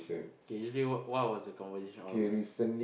okay usually what what was the conversation all about